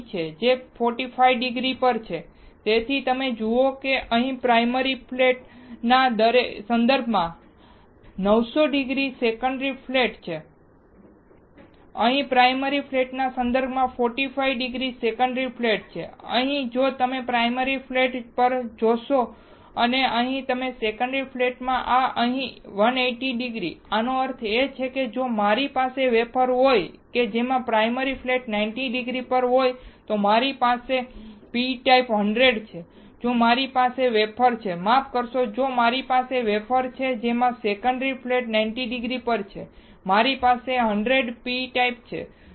જે 45 ડિગ્રી પર છે તેથી તમે જુઓ કે તે અહીં પ્રાયમરી ફ્લેટ ના સંદર્ભમાં 90૦ ડિગ્રી સેકન્ડરી ફ્લેટ છે અહીં પ્રાયમરી ફ્લેટના સંદર્ભમાં 45 ડિગ્રી સેકન્ડરી ફ્લેટ છે અહીં જો તમે પ્રાયમરી ફ્લેટ જોશો અને અહીં તમે જુઓ તો સેકન્ડરી ફ્લેટ આ અહીં છે 180 ડિગ્રી એનો અર્થ એ કે જો મારી પાસે વેફર હોય જેમાં પ્રાયમરી ફ્લેટ 90 ડિગ્રી પર હોય મારી પાસે p ટાઇપ 100 છે જો મારી પાસે વેફર છે માફ કરશો જો મારી પાસે વેફર છે જેમાં સેકન્ડરી ફ્લેટ 90 ડિગ્રી પર છે મારી પાસે 100 p ટાઇપ છે